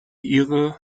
ihre